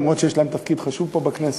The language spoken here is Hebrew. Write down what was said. למרות שיש להם תפקיד חשוב פה בכנסת.